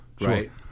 right